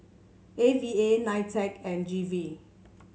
A V A Nitec and G V